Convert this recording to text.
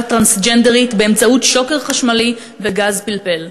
טרנסג'נדרית באמצעות שוקר חשמלי וגז פלפל.